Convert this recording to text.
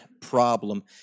problem